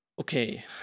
okay